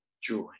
joy